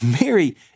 Mary